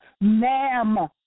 ma'am